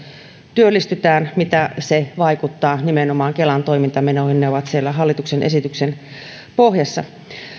työllistetään miten se vaikuttaa nimenomaan kelan toimintamenoihin ne ovat siellä hallituksen esityksen pohjassa